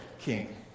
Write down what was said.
king